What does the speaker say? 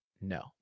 No